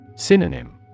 Synonym